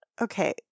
Okay